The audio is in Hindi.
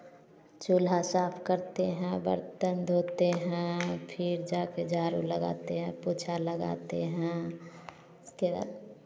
चूल्हा साफ़ करते हैं बर्तन धोते हैं फिर जाकर झाड़ू लगाते हैं पोंछा लगाते हैं उसके बाद